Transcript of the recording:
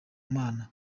mana